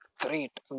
great